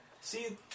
See